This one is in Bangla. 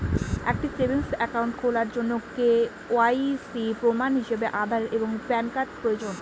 একটি সেভিংস অ্যাকাউন্ট খোলার জন্য কে.ওয়াই.সি প্রমাণ হিসাবে আধার এবং প্যান কার্ড প্রয়োজন